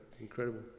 incredible